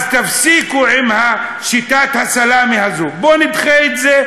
אז תפסיקו עם שיטת הסלאמי הזאת: בואו נדחה את זה,